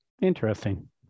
Interesting